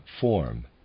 form